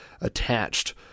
attached